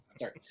Sorry